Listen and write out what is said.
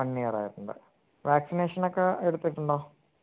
one year ആയിട്ടുണ്ട് വാക്സിനേഷനൊക്കെ എടുത്തിട്ടുണ്ടോ